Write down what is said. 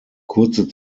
kurze